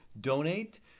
donate